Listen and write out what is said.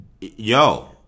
Yo